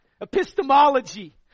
Epistemology